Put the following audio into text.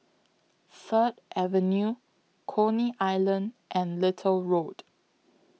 Third Avenue Coney Island and Little Road